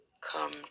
come